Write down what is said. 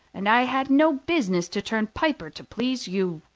and i had no business to turn piper to please you.